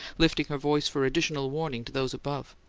lifting her voice for additional warning to those above.